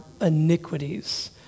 iniquities